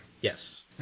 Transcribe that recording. Yes